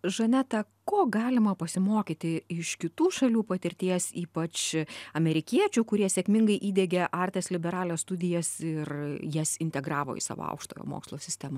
žaneta ko galima pasimokyti iš kitų šalių patirties ypač amerikiečių kurie sėkmingai įdiegė artes liberales studijas ir jas integravo į savo aukštojo mokslo sistemą